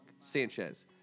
Sanchez